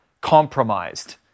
compromised